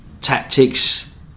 tactics